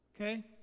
Okay